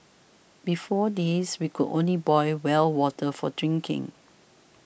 before this we could only boil well water for drinking